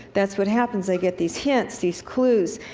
that's what happens. i get these hints, these clues,